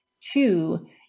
Two